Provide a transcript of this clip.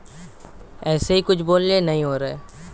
সকল prepaid, postpaid bill পরিশোধ করা যায়